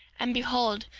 and behold,